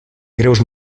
greus